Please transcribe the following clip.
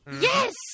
Yes